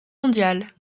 mondiale